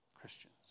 Christians